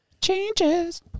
Changes